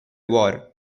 war